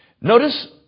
Notice